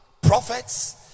prophets